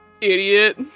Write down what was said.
Idiot